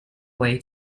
wei